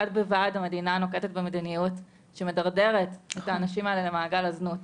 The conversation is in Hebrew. בד בבד המדינה נוקטת במדיניות שמדרדרת את האנשים האלה למעגל הזנות.